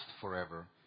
forever